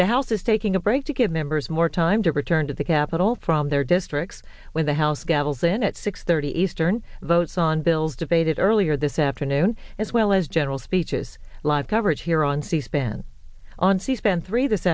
house is taking a break to get members more time to return to the capitol from their districts when the house gavels in at six thirty eastern votes on bills debated earlier this afternoon as well as general speeches live coverage here on c span on c span three this